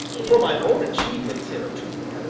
for my own achievements, hitherto,